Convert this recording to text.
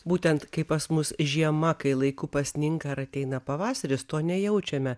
būtent kai pas mus žiema kai laiku pasninga ar ateina pavasaris to nejaučiame